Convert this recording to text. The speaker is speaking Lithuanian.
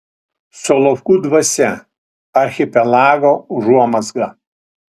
solovkų dvasia archipelago užuomazga